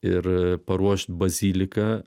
ir paruošt baziliką